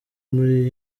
muri